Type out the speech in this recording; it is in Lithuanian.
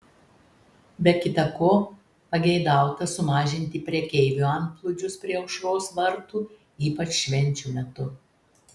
be kita ko pageidauta sumažinti prekeivių antplūdžius prie aušros vartų ypač švenčių metu